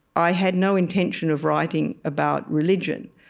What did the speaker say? i had no intention of writing about religion.